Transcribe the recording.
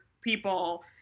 people